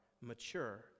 mature